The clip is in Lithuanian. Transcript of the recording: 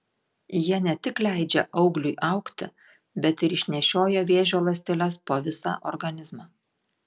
jie ne tik leidžia augliui augti bet ir išnešioja vėžio ląsteles po visą organizmą